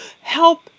help